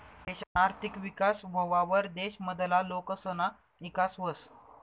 देशना आर्थिक विकास व्हवावर देश मधला लोकसना ईकास व्हस